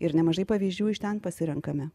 ir nemažai pavyzdžių iš ten pasirenkame